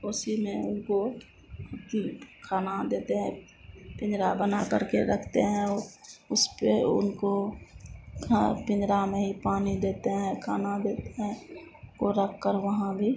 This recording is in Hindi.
उसी में उनको कि खाना देते हैं पिंजरा बनाकर के रखते हैं ओ उसपे उनको खाना पिंजरा में ही पानी देते हैं खाना देते हैं को रखकर वहाँ भी